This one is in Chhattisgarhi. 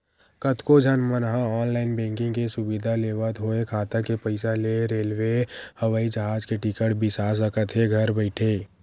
कतको झन मन ह ऑनलाईन बैंकिंग के सुबिधा लेवत होय खाता के पइसा ले रेलवे, हवई जहाज के टिकट बिसा सकत हे घर बइठे